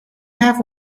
have